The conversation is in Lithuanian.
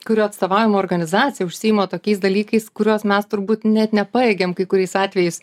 kurio atstovaujama organizacija užsiima tokiais dalykais kuriuos mes turbūt net nepajėgiam kai kuriais atvejais